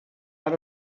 allo